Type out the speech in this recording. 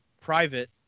private